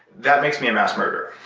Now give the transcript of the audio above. that makes me a mass murderer.